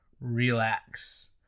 relax